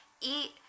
eat